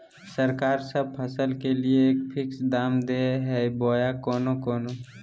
सरकार सब फसल के लिए एक फिक्स दाम दे है बोया कोनो कोनो?